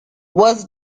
was